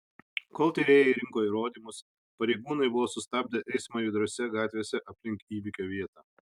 kol tyrėjai rinko įrodymus pareigūnai buvo sustabdę eismą judriose gatvėse aplink įvykio vietą